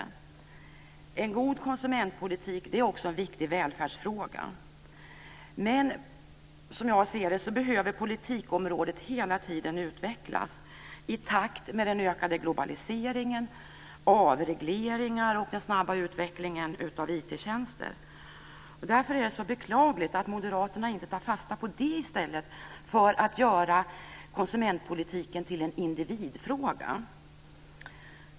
En god konsumentpolitik är också en viktig välfärdsfråga. Men som jag ser det behöver politikområdet hela tiden utvecklas i takt med den ökade globaliseringen, avregleringarna och den snabba utvecklingen av IT-tjänster. Därför är det så beklagligt att Moderaterna inte tar fasta på det i stället för att göra konsumentpolitiken till en individfråga.